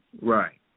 Right